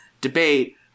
debate